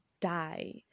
die